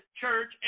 church